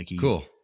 Cool